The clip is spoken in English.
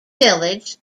village